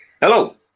Hello